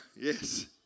yes